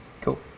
Cool